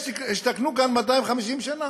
הם השתכנו כאן 250 שנה,